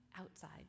outside